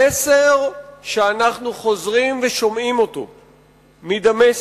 המסר שאנחנו חוזרים ושומעים מדמשק